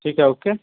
ٹھیک ہے اوکے